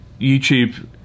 YouTube